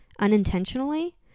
unintentionally